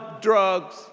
drugs